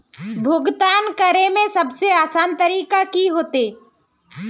भुगतान करे में सबसे आसान तरीका की होते?